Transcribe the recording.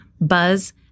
buzz